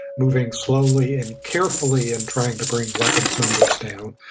moving slowly and carefully and trying to bring weapons numbers down.